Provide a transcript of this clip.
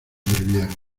breviario